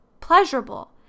pleasurable